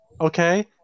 okay